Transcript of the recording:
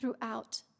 throughout